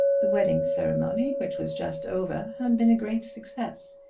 the wedding ceremony, which was just over, had been a great success.